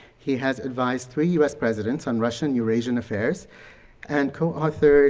he has advised three us presidents on russian-eurasian affairs and co-authored